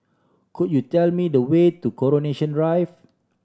could you tell me the way to Coronation Drive